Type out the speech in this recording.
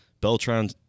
Beltran